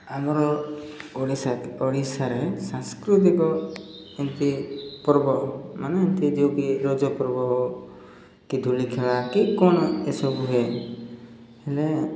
ଆମର ଓଡ଼ିଶାରେ ସାଂସ୍କୃତିକ ଏମିତି ପର୍ବ ମାନେ ଏମିତି ଯେଉଁକି ରଜ ପର୍ବ କି ଧୂଳି ଖେଳା କି କ'ଣ ଏସବୁ ହୁଏ ହେଲେ